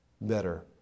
better